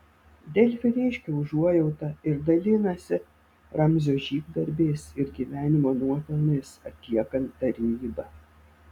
delfi reiškia užuojautą ir dalinasi ramzio žygdarbiais ir gyvenimo nuopelnais atliekant tarnybą